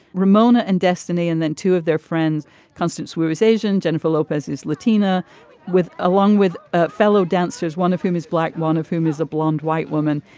ramona and destiny and then two of their friends constance was asian. jennifer lopez is latina with along with ah fellow dancers one of whom is black one of whom is a blonde white woman.